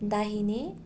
दाहिने